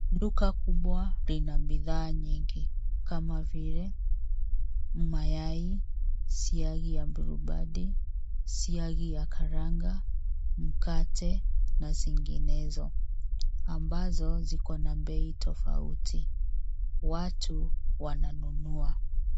Duka kubwa lina bidhaa nyingi kama vile mayai, siagi ya blue- bandi , siagi ya karanga, mkate na zinginezo ambazo zikona bei tofauti. Watu wananunua.